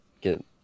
Get